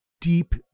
deep